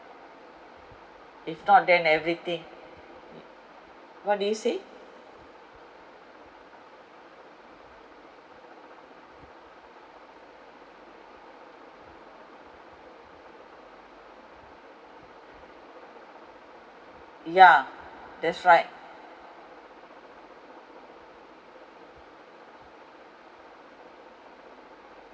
it's not then everything what do you say yeah that's right